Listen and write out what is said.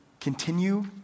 continue